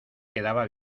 quedaba